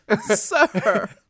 Sir